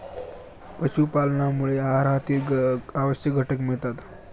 पशुपालनामुळे आहारातील आवश्यक घटक मिळतात